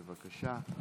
בבקשה.